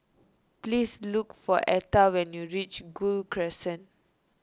please look for Etta when you reach Gul Crescent